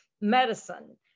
medicine